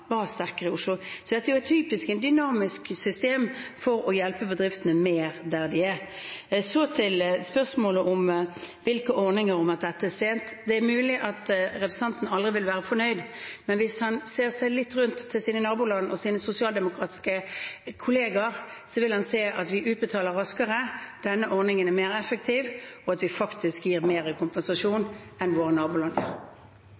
var sterkere i Oslo. Så dette er typisk et dynamisk system for å hjelpe bedriftene mer der de er. Så til spørsmålet om hvilke ordninger, og om at dette er sent. Det er mulig at representanten aldri vil være fornøyd, men hvis han ser seg litt rundt til sine naboland og til sine sosialdemokratiske kollegaer, vil han se at vi utbetaler raskere, at denne ordningen er mer effektiv, og at vi faktisk gir